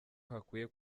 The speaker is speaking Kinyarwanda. hakwiye